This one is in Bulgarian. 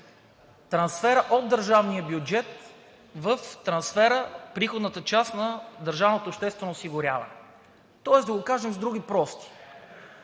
трансферът от държавния бюджет в приходната част на държавното обществено осигуряване. Да го кажем с думи прости: